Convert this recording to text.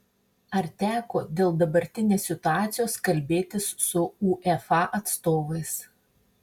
ar teko dėl dabartinės situacijos kalbėtis su uefa atstovais